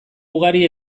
ugari